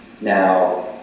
Now